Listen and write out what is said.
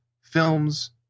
films